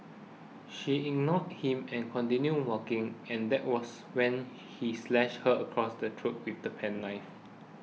she ignored him and continued walking and that was when he slashed her across the throat with the penknife